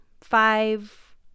five